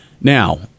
Now